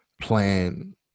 plan